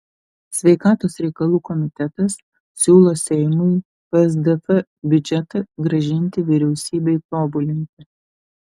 sveikatos reikalų komitetas siūlo seimui psdf biudžetą grąžinti vyriausybei tobulinti